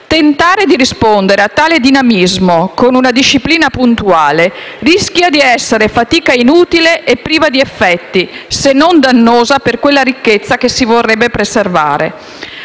tentare di rispondere a tale dinamismo con una disciplina puntuale rischia di essere fatica inutile e priva di effetti, se non dannosa per quella ricchezza che si vorrebbe preservare.